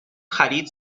خرید